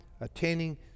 attaining